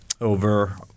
over